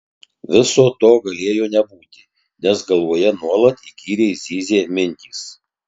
viso to galėjo nebūti nes galvoje nuolat įkyriai zyzė mintys